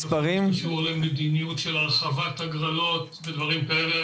מדיניות של הרחבת הגרלות ודברים כאלה,